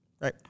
right